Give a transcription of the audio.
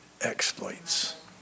exploits